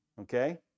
Okay